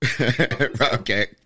Okay